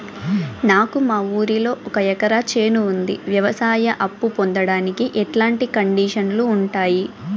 నాకు మా ఊరిలో ఒక ఎకరా చేను ఉంది, వ్యవసాయ అప్ఫు పొందడానికి ఎట్లాంటి కండిషన్లు ఉంటాయి?